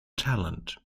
talent